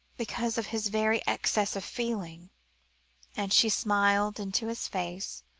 because of his very excess of feeling and she smiled into his face,